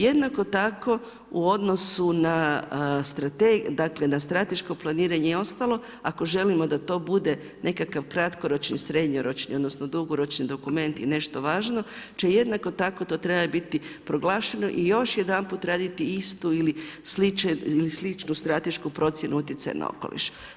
Jedna tako u odnosu dakle na strateško planiranje i ostalo ako želimo da to bude nekakav kratkoročni, srednjoročni odnosno dugoročni dokument i nešto važno će jednako tako to trebati biti proglašeno i još jedanput raditi istu ili sličnu stratešku procjenu utjecaja na okoliš.